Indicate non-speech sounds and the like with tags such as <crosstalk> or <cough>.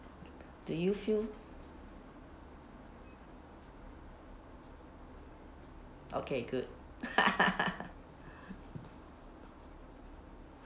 do you feel okay good <laughs>